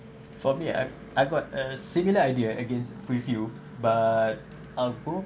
for me I I got a similar idea against with you but uh both